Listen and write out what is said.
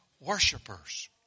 worshippers